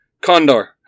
Condor